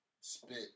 spit